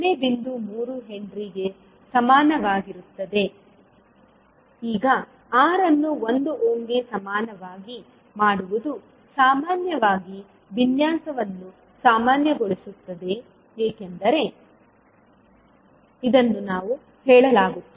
3 ಹೆನ್ರಿಗೆ ಸಮಾನವಾಗಿರುತ್ತದೆ ಈಗ R ಅನ್ನು 1 ಓಮ್ಗೆ ಸಮಾನವಾಗಿ ಮಾಡುವುದು ಸಾಮಾನ್ಯವಾಗಿ ವಿನ್ಯಾಸವನ್ನು ಸಾಮಾನ್ಯಗೊಳಿಸುತ್ತದೆ ಎಂದು ಹೇಳಲಾಗುತ್ತದೆ